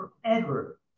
forever